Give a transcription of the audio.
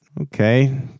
Okay